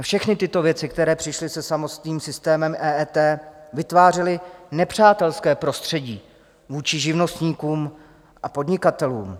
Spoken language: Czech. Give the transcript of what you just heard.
Všechny tyto věci, které přišly se samotným systémem EET, vytvářely nepřátelské prostředí vůči živnostníkům a podnikatelům.